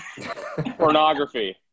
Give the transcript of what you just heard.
Pornography